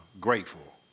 grateful